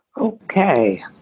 Okay